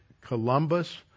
Columbus